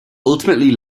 ultimately